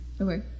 Okay